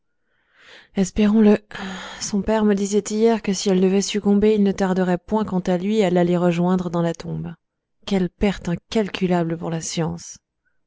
espérons-le son père me disait hier que si elle devait succomber il ne tarderait point quant à lui à l'aller rejoindre dans la tombe quelle perte incalculable pour la science